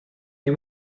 nie